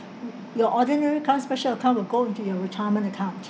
your ordinary account special account will go into your retirement account